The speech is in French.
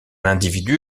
individu